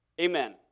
Amen